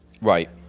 Right